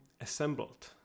assembled